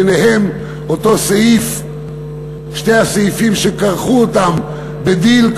ביניהם שני הסעיפים שכרכו אותם בדיל,